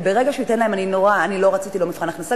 כי אני לא רציתי מבחן הכנסה,